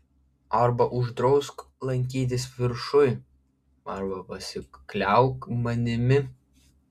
arba uždrausk lankytis viršuj arba pasikliauk manimi